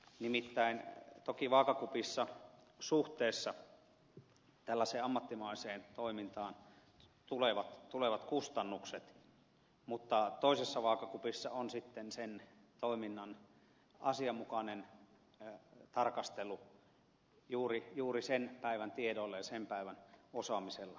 nimittäin toki vaakakupissa suhteessa tällaiseen ammattimaiseen toimintaan tulevat kustannukset mutta toisessa vaakakupissa on sitten sen toiminnan asianmukainen tarkastelu juuri sen päivän tiedoilla ja sen päivän osaamisella